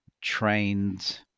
trained